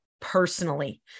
personally